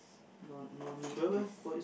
no no need this